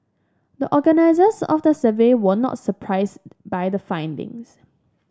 the organisers of the survey were not surprised by the findings